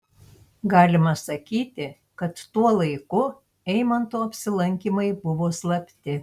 galima sakyti kad tuo laiku eimanto apsilankymai buvo slapti